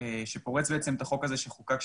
שפורץ את החוק הזה שחוקק,